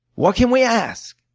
what can we ask?